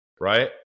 Right